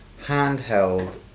handheld